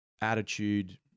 attitude